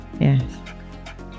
yes